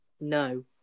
No